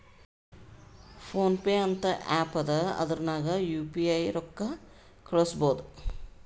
phone pay ಅಂತ app ಅದಾ ಅದುರ್ನಗ್ ಯು ಪಿ ಐ ರೊಕ್ಕಾ ಕಳುಸ್ಬೋದ್